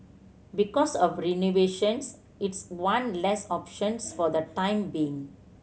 because of renovation it's one less option for the time being